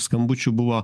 skambučių buvo